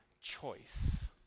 choice